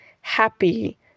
happy